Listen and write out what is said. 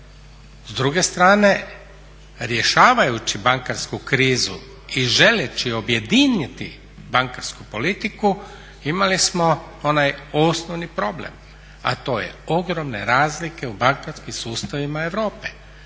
S druge strane rješavajući bankarsku krizu i želeći objediniti bankarsku politiku imali smo onaj osnovni problem, a to je ogromne razlike u bankarskim sustavima Europe.